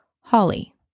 Holly